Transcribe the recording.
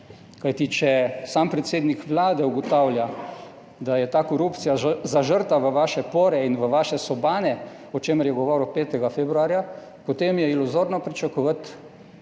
Kajti, če sam predsednik Vlade ugotavlja, da je ta korupcija zažrta v vaše pore in v vaše sobane, o čemer je govoril 5. februarja, potem je iluzorno pričakovati,